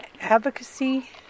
advocacy